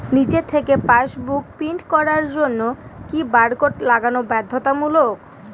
নিজে থেকে passbook print করার জন্য কি বারকোড লাগানো বাধ্যতামূলক?